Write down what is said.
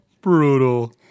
Brutal